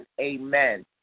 Amen